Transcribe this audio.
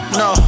no